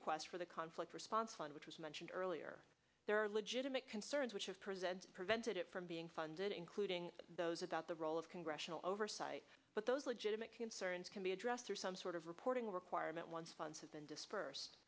request for the conflict response fund which was mentioned earlier there are legit concerns which is present prevented it from being funded including those about the role of congressional oversight but those legitimate concerns can be addressed through some sort of reporting requirement once funds have been disbursed